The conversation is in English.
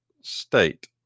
state